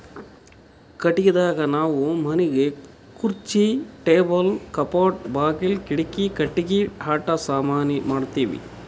ಕಟ್ಟಿಗಿದಾಗ್ ನಾವ್ ಮನಿಗ್ ಖುರ್ಚಿ ಟೇಬಲ್ ಕಪಾಟ್ ಬಾಗುಲ್ ಕಿಡಿಕಿ ಕಟ್ಟಿಗಿ ಆಟ ಸಾಮಾನಿ ಮಾಡ್ತೀವಿ